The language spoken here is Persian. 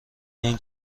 این